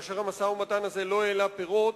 כאשר המשא-ומתן הזה לא נשא פירות,